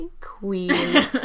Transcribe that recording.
queen